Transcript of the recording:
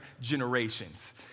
generations